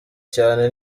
cyane